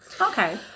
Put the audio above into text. Okay